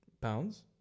pounds